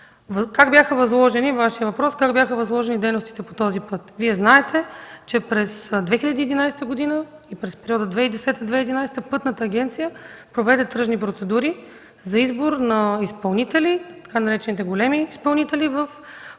пътища. Вашият въпрос – как бяха възложени дейностите по този път? Вие знаете, че през 2011 г. и през периода 2010-2011 г. Пътната агенция проведе тръжни процедури за избор на изпълнители, така наречените „големи изпълнители” по